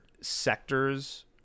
sectors